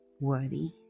worthy